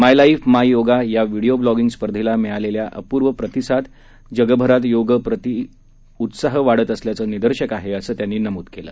my life my yoga या video blogging स्पर्धेला मिळालेला अपूर्व प्रतिसाद जगभरात योगा प्रति उत्साह वाढत असल्याचं निदर्शक आहे असं त्यांनी नमूद केलं